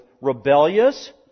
rebellious